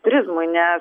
turizmui nes